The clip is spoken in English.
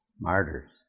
Martyrs